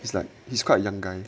it's like he's quite young guy